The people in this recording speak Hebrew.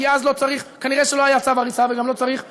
כי אז כנראה לא היה צו הריסה וגם לא צריך הארכה.